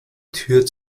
tür